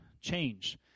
change